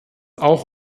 auch